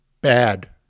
bad